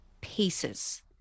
pieces